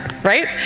Right